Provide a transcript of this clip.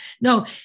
No